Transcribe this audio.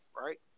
right